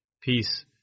peace